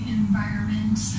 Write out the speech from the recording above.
environment